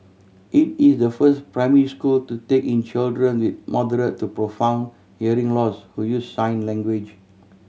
it is the first primary school to take in children with moderate to profound hearing loss who use sign language